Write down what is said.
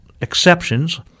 exceptions